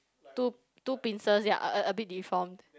two two pincers ya a a a bit deformed